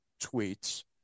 tweets